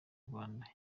rwanda